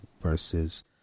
versus